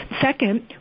Second